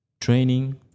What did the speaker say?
training